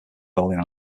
bowling